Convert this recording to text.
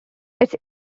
its